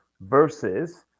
versus